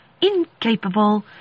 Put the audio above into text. Incapable